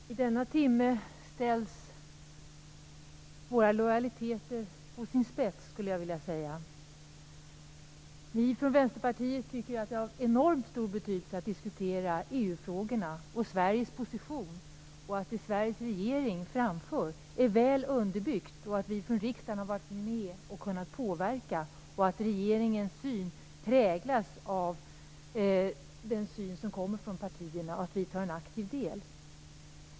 Fru talman! I denna timme ställs våra lojaliteter på sin spets, skulle jag vilja säga. Vi från Vänsterpartiet tycker att det är av enormt stor betydelse att diskutera EU-frågorna, Sveriges position, att se till att det Sveriges regering framför är väl underbyggt och att vi från riksdagen har varit med och kunnat påverka så att regeringens syn präglas av den syn som partierna har, att vi tar en aktiv del.